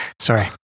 Sorry